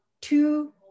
two